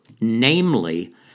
namely